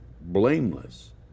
blameless